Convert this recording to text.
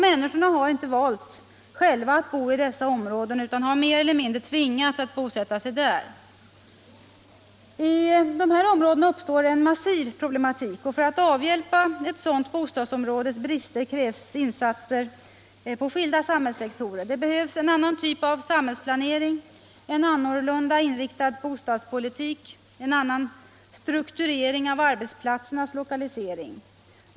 Människorna har inte själva valt att bo i dessa områden utan har mer eller mindre tvingats bosätta sig där. I dessa områden uppstår en massiv problematik, och för att avhjälpa ett sådant bostadsområdes brister krävs insatser på skilda samhällssektorer. Det behövs en annan typ av samhällsplanering, en annorlunda inriktad bostadspolitik, en annan lokalisering av arbetsplatserna.